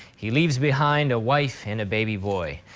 he leaves behind a wife and a baby boy.